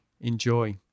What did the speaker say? Enjoy